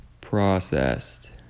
processed